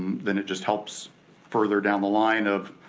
um then it just helps further down the line of,